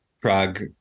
Prague